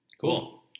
Cool